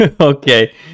okay